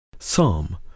Psalm